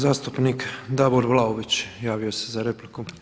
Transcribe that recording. Zastupnik Davor Vlaović javio se za repliku.